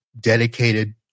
dedicated